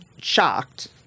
shocked